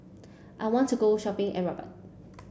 I want to go shopping at Rabat